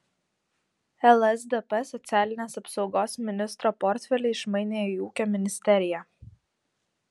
lsdp socialinės apsaugos ministro portfelį išmainė į ūkio ministeriją